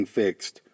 fixed